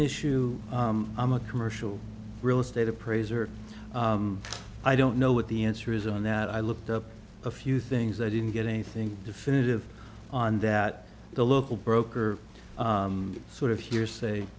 issue i'm a commercial real estate appraiser i don't know what the answer is on that i looked up a few things i didn't get anything definitive on that the local broker sort of hearsay